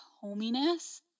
hominess